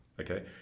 okay